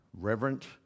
reverent